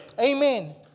Amen